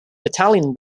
italian